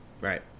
Right